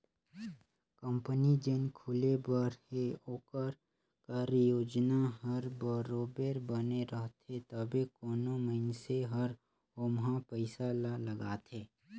company जेन खुले बर हे ओकर कारयोजना हर बरोबेर बने रहथे तबे कोनो मइनसे हर ओम्हां पइसा ल लगाथे